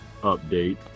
update